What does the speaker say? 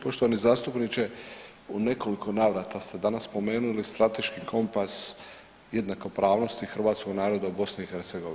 Poštovani zastupniče, u nekoliko navrata ste danas spomenuli strateški kompas jednakopravnosti hrvatskog naroda u BiH.